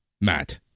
Matt